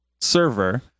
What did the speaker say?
server